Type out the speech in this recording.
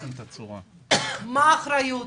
מה האחריות?